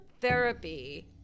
therapy